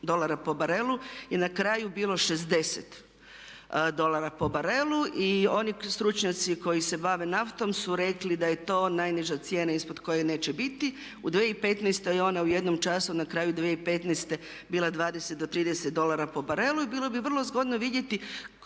dolara po barelu je na kraju bilo 60 dolara po barelu i oni stručnjaci koji se bave naftom su rekli da je to najniža cijena ispod koje neće biti. U 2015. je ona u jednom času na kraju 2015. bila 20 do 30 dolara po barelu. Bilo bi vrlo zgodno vidjeti